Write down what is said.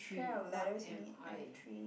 pair of letters in it I have three